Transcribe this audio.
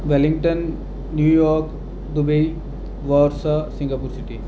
Wellington New York Dubai Warsaw Singapore city